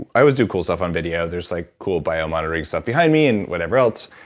i always do cool stuff on video. there's like, cool bio moderating stuff behind me, and whatever else.